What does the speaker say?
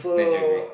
don't you agree